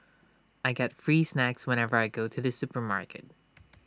I get free snacks whenever I go to the supermarket